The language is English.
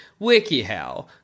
Wikihow